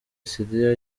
syria